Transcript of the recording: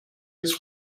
its